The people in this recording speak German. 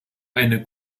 eine